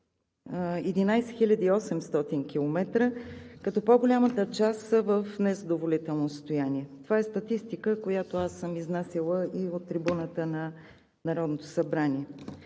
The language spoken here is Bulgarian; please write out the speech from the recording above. и 800 км, като по-голямата част са в незадоволително състояние. Това е статистика, която съм изнасяла и от трибуната на Народното събрание.